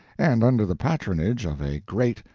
and under the patronage of a great,